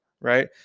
right